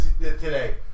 today